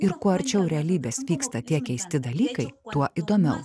ir kuo arčiau realybės vyksta tie keisti dalykai tuo įdomiau